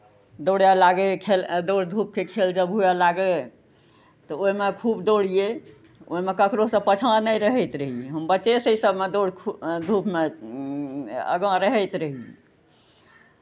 दौड़य लागै खेल दौड़धूपके खेल जब हुए लागय तऽ ओहिमे खूब दौड़ियै ओहिमे ककरोसँ पाछाँ नहि रहैत रहियै हम बच्चेसँ इसभमे दौड़ खू धूपमे आगाँ रहैत रही